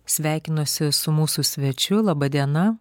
sveikinuosi su mūsų svečiu laba diena